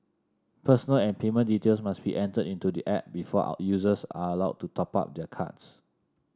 personal and payment details must be entered into the app before users are allowed to top up their cards